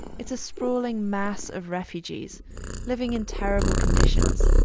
it's a sprawling mass of refugees living in terrible conditions.